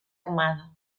armada